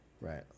Right